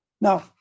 Now